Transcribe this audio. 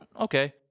okay